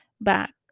back